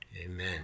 Amen